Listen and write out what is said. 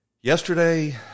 yesterday